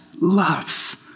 loves